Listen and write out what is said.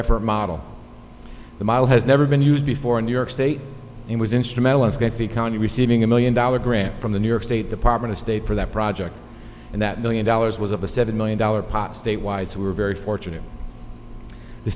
effort model the model has never been used before in new york state and was instrumental as going to the county receiving a million dollar grant from the new york state department of state for that project and that million dollars was a seven million dollars pot statewide so we're very fortunate the